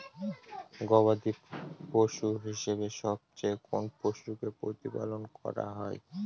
গবাদী পশু হিসেবে সবচেয়ে কোন পশুকে প্রতিপালন করা হয়?